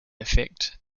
effect